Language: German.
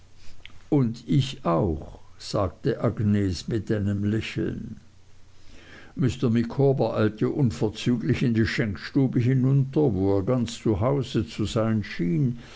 und ich auch sagte agnes mit einem lächeln mr micawber eilte unverzüglich in die schenkstube hinunter wo er ganz zu hause zu sein schien